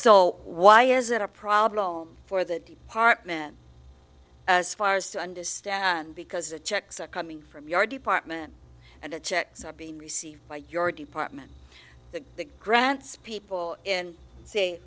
so why is it a problem for that apartment as far as to understand because the checks are coming from your department and objects are being received by your department the grants people in say